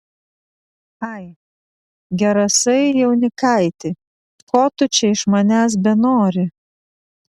ai gerasai jaunikaiti ko tu čia iš manęs benori